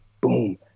boom